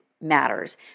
matters